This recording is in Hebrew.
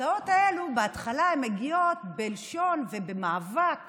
וההפתעות האלה, בהתחלה הן מגיעות בלשון ובמאבק